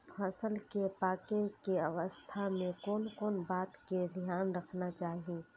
फसल के पाकैय के अवस्था में कोन कोन बात के ध्यान रखना चाही?